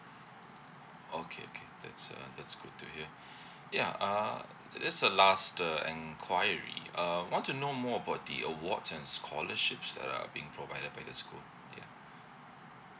okay okay that's uh that's good to hear ya uh it is a last err enquiry uh want to know more about the awards and scholarship that are being provided by the school ya